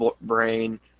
brain